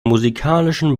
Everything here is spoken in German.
musikalischen